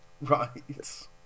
Right